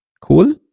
Cool